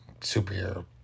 superhero